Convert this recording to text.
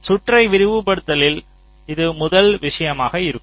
சுற்றை விரைவுபடுத்துதலில் இது முதல் விஷயமாக இருக்கும்